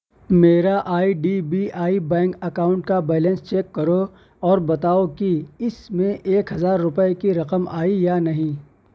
میرا I D B I bank account کا balance check کرو اور بتاؤ کہ اس میں ایک ہزار روپئے کی رقم آئی یا نہیں